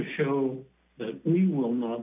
show that we will not